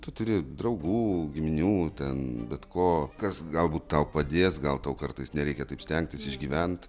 tu turi draugų giminių ten bet ko kas galbūt tau padės gal tau kartais nereikia taip stengtis išgyvent